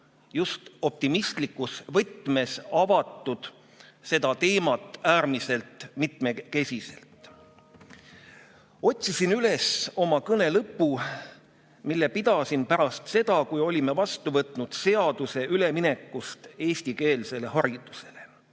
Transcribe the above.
just optimistlikus võtmes avatud seda teemat äärmiselt mitmekesiselt. Otsisin üles oma kõne, mille pidasin pärast seda, kui olime vastu võtnud seaduse üleminekust eestikeelsele haridusele.